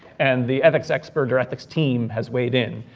and the ethics expert or ethics team has weighed in.